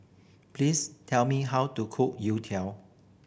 please tell me how to cook youtiao